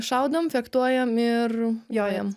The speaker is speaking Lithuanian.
šaudom fechtuojam ir jojam